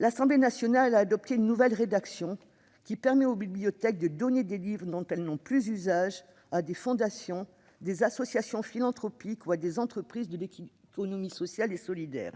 L'Assemblée nationale a adopté une nouvelle rédaction qui permet aux bibliothèques de donner des livres dont elles n'ont plus l'usage à des fondations, à des associations philanthropiques ou à des entreprises de l'économie sociale et solidaire.